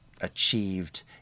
achieved